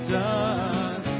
done